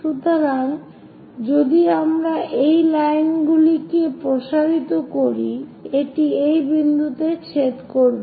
সুতরাং যদি আমরা এই লাইনগুলি প্রসারিত করি এটি এই বিন্দুতে ছেদ করবে